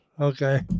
Okay